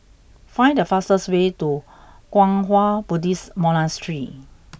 find the fastest way to Kwang Hua Buddhist Monastery